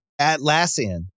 Atlassian